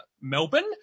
Melbourne